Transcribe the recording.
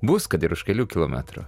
bus kad ir už kelių kilometrų